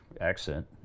accent